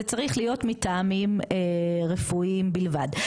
זה צריך להיות מטעמים רפואיים בלבד.